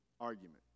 argument